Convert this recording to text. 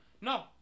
No